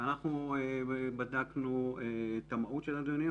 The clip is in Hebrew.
אנחנו בדקנו את מהות הדיונים.